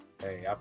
Hey